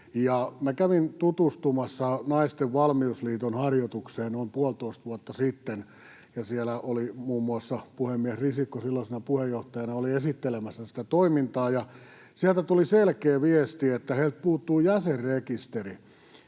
kävin tutustumassa Naisten Valmiusliiton harjoitukseen noin puolitoista vuotta sitten, ja siellä oli muun muassa puhemies Risikko silloisena puheenjohtajana esittelemässä sitä toimintaa, ja sieltä tuli selkeä viesti, että heiltä puuttuu jäsenrekisteri.